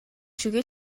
шигээ